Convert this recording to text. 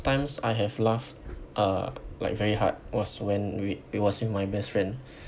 times I have laughed are like very hard was when we it was with my best friend